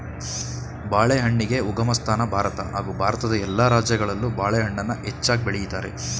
ಬಾಳೆಹಣ್ಣಿಗೆ ಉಗಮಸ್ಥಾನ ಭಾರತ ಹಾಗೂ ಭಾರತದ ಎಲ್ಲ ರಾಜ್ಯಗಳಲ್ಲೂ ಬಾಳೆಹಣ್ಣನ್ನ ಹೆಚ್ಚಾಗ್ ಬೆಳಿತಾರೆ